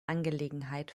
angelegenheit